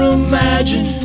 imagine